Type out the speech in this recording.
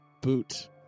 boot